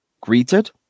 greeted